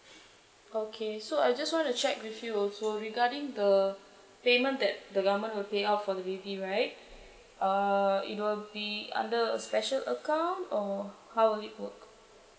okay so I just want to check with you also regarding the payment that the government will pay out for the baby right uh it will be under a special account or how will it work